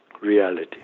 reality